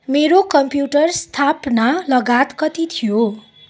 मेरो कम्प्युटर स्थापना लागत कति थियो